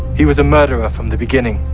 he was a murderer from the beginning,